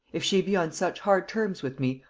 if she be on such hard terms with me,